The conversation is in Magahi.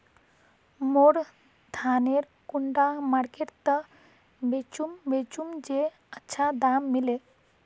मोर धानेर कुंडा मार्केट त बेचुम बेचुम जे अच्छा दाम मिले?